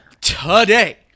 today